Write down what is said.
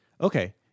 Okay